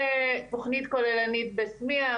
תכנית כוללנית בסמיע,